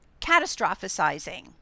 catastrophizing